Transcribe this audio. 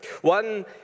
One